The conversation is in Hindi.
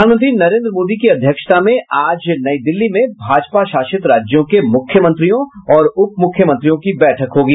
प्रधानमंत्री नरेंद्र मोदी की अध्यक्षता में आज नई दिल्ली में भाजपा शासित राज्यों के मुख्यमंत्रियों और उप मुख्यमंत्रियों की बैठक होगी